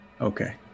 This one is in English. Okay